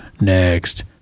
next